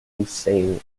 hussain